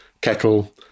kettle